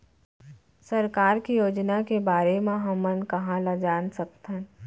सरकार के योजना के बारे म हमन कहाँ ल जान सकथन?